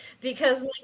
because-